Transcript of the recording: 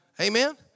Amen